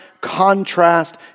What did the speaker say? contrast